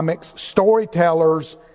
storytellers